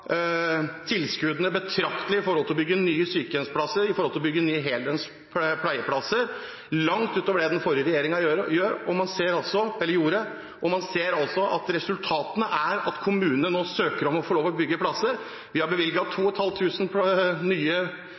tilskuddene betraktelig for å bygge nye sykehjemsplasser, for å bygge nye heldøgns pleieplasser – langt over det den forrige regjeringen gjorde. Og man ser altså at resultatet er at kommunene nå søker om å få lov til å bygge plasser. Vi har gitt tilsagn om tilskudd til 2 500 nye